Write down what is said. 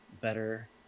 better